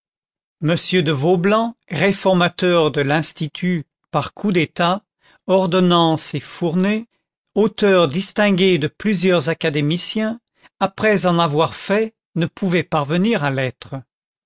m de vaublanc réformateur de l'institut par coup d'état ordonnance et fournée auteur distingué de plusieurs académiciens après en avoir fait ne pouvait parvenir à l'être